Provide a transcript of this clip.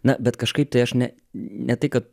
na bet kažkaip tai aš ne ne tai kad